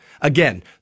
Again